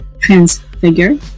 Transfigure